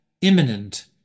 imminent